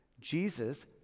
Jesus